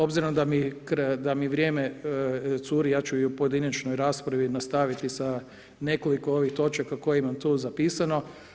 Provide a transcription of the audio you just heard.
Obzirom da mi vrijeme curi ja ću i u pojedinačnoj raspravi nastaviti sa nekoliko ovih točaka koje imam tu zapisano.